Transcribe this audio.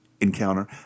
encounter